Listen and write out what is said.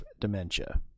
dementia